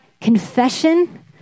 confession